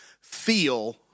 feel